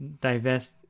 divest